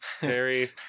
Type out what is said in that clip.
Terry